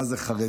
מה זה חרדי,